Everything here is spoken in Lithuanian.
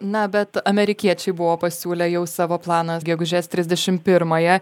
na bet amerikiečiai buvo pasiūlę jau savo planą gegužės trisdešim pirmąją